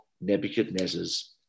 Nebuchadnezzar's